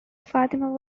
fatima